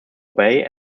bay